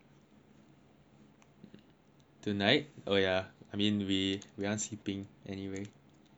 tonight oh ya I mean we we're aren't sleeping anyway